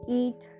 eat